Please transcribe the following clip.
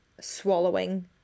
swallowing